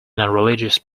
nonreligious